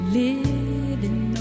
living